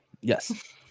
Yes